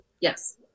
Yes